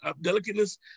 delicateness